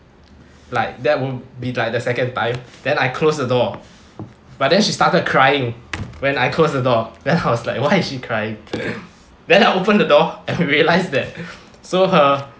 like that would be like the second time then I closed the door but then she started crying when I closed the door then I was like why she crying then I opened the door and realised that so her